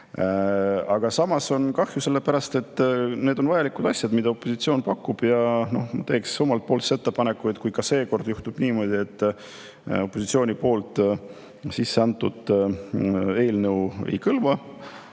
Aga samas on sellest kahju, sellepärast et need on vajalikud asjad, mida opositsioon pakub. Teeks omalt poolt ettepaneku, et kui ka seekord juhtub niimoodi, et opositsiooni sisse antud eelnõu ei kõlba,